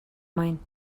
mine